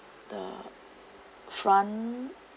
the front